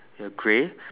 ya grey